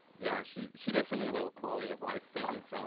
yeah she she does so many little quality of life things.